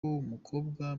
umukobwa